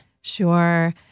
Sure